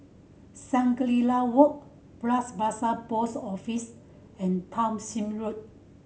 Shangri La Walk Bras Basah Post Office and Townshend Road